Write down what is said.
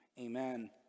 Amen